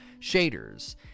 shaders